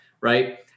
right